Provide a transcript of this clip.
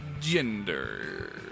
Gender